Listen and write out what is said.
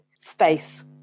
space